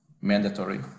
mandatory